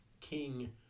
King